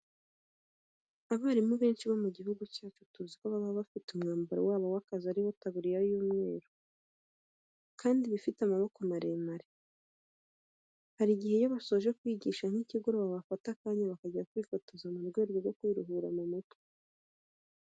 Abarimu benshi bo mu gihugu cyacu tuzi ko baba bafite umwambaro wabo w'akazi ari wo itaburiya y'umweru kandi ifite amaboko maremare. Hari igihe iyo basoje kwigisha nk'ikigoroba bafata akanya bakajya kwifotoza mu rwego rwo kwiruhura mu mutwe.